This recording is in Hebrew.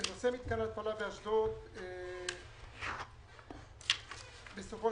מתקן ההתפלה באשדוד זה אחד מני חמש מתקנים שפעלו